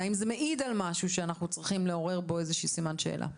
והאם זה מעיד על משהו שאנחנו צריכים לעורר בו איזשהו סימן שאלה?